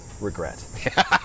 regret